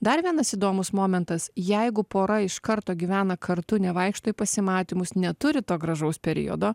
dar vienas įdomus momentas jeigu pora iš karto gyvena kartu nevaikšto į pasimatymus neturi to gražaus periodo